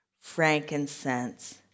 frankincense